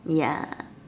ya